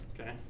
okay